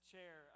chair